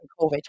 COVID